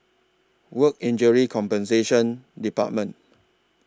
Work Injury Compensation department